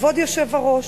כבוד היושב-ראש.